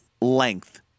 length